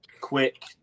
quick